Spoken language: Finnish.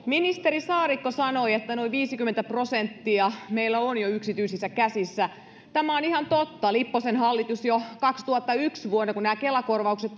ministeri saarikko sanoi että noin viisikymmentä prosenttia meillä on jo yksityisissä käsissä tämä on ihan totta jo lipposen hallituksen aikana vuonna kaksituhattayksi kun nämä kela korvaukset